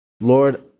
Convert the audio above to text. Lord